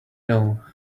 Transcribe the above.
know